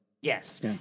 Yes